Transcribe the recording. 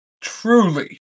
truly